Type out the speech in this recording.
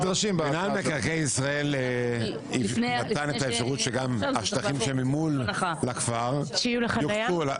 נתן את האפשרות שגם השטחים שממול לכפר --- שיהיו לחניה?